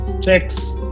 Six